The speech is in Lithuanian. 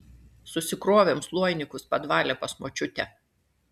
susikrovėm sloinikus padvale pas močiutę